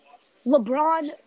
LeBron